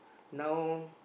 now